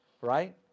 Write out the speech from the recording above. Right